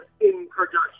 in-production